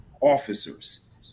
officers